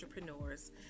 entrepreneurs